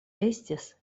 estis